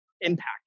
impact